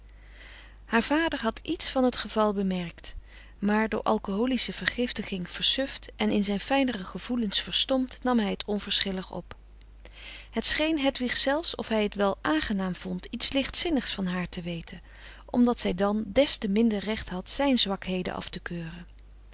haar vader had iets van het geval bemerkt maar door alcoholische vergiftiging versuft en in zijn fijnere gevoelens verstompt nam hij het onverschillig op het scheen hedwig zelfs of hij het wel aangenaam vond iets lichtzinnigs van haar te weten omdat zij dan des te minder recht had zijn zwakheden af te keuren